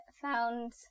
found